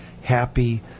happy